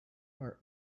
are